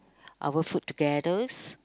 our food together